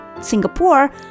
Singapore